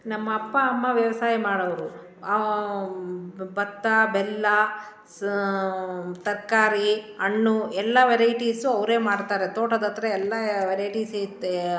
ನಮ್ಮ ಅಪ್ಪ ಅಮ್ಮ ವ್ಯವಸಾಯ ಮಾಡೋವ್ರು ಭತ್ತ ಬೆಲ್ಲ ಸಹ ತರಕಾರಿ ಹಣ್ಣು ಎಲ್ಲ ವೆರೈಟೀಸು ಅವರೆ ಮಾಡ್ತಾರೆ ತೋಟದ ಹತ್ರ ಎಲ್ಲ ವೆರೈಟೀಸ್ ಇತ್ತು